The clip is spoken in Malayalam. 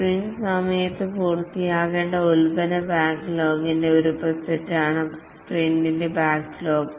സ്പ്രിന്റ് സമയത്ത് പൂർത്തിയാക്കേണ്ട പ്രോഡക്ട് ബാക്ക്ലോഗിന്റെ ഒരു ഉപസെറ്റാണ് സ്പ്രിന്റ് ബാക്ക്ലോഗ്